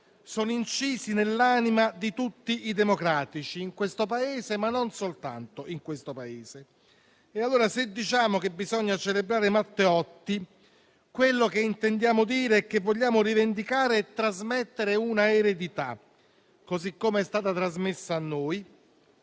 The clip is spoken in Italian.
sono incisi nell'anima di tutti i democratici in questo Paese, e non soltanto in questo Paese. Allora, se diciamo che bisogna celebrare Matteotti, quello che intendiamo dire è che vogliamo rivendicare e trasmettere un'eredità, così come è stata trasmessa a noi,